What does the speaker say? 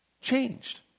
changed